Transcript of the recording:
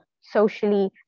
socially